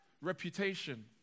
reputation